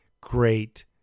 Great